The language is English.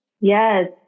Yes